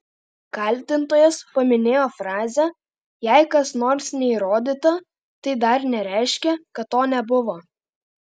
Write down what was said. kaltintojas paminėjo frazę jei kas nors neįrodyta tai dar nereiškia kad to nebuvo